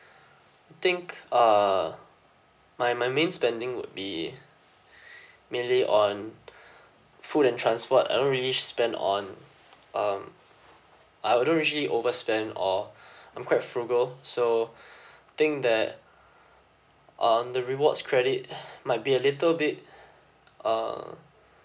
think uh my my main spending would be mainly on food and transport I don't really spend on um I don't usually overspend or I'm quite frugal so think that um the rewards credit uh might be a little bit uh